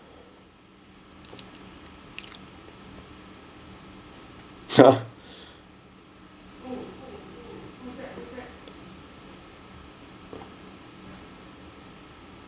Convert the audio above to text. !huh! who who who who's that